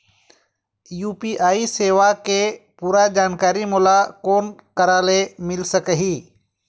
UPI सेवा के पूरा जानकारी मोला कोन करा से मिल सकही?